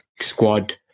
squad